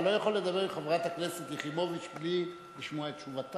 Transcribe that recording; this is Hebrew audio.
אתה לא יכול לדבר עם חברת הכנסת יחימוביץ בלי לשמוע את תשובתה.